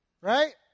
right